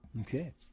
Okay